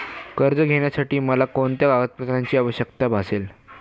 कर्ज घेण्यासाठी मला कोणत्या कागदपत्रांची आवश्यकता भासेल?